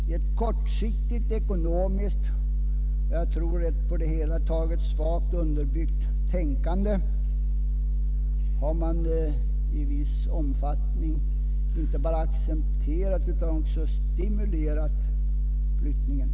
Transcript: I ett kortsiktigt ekonomiskt, och jag tror ett på det hela taget svagt underbyggt, tänkande har man i viss omfattning inte bara accepterat utan också stimulerat omflyttningen.